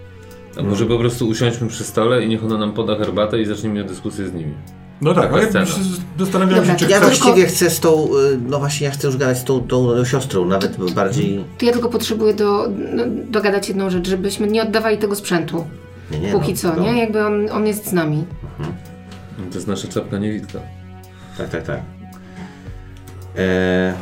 A No. może po prostu usiądźmy przy stole i niech ona nam poda herbatę i zaczniemy dyskusję z nimi. No tak, Taka ale jakby scena. się zastanawiałem Dobra, się, czy ja ktoś- właściwie chcę z tą, y, no właśnie ja chcę już gadać z tą- tą siostrą, nawet bardziej- To ja tylko potrzebuję do- no, dogadać jedną rzecz, żebyśmy nie oddawali tego sprzętu. Nie, nie, Póki no, co, wiadomo. nie? Jakby on- on jest z nami. Mhm. To jest nasza czapka niewidka. Tak, tak, tak. E,